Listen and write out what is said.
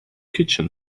kitchen